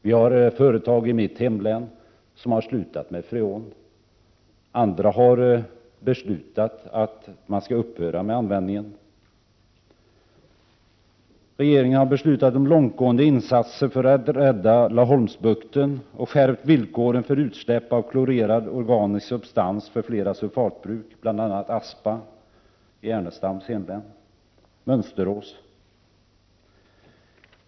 Det finns i mitt hemlän flera företag som har slutat använda freon, andra företag har beslutat att upphöra med användningen. Regeringen har beslutat om långtgående insatser för att rädda Laholmsbukten och skärpt villkoren för utsläpp av klorerad organisk substans för flera sulfatbruk, bl.a. Aspa — i Ernestams hemlän — och Mönsterås.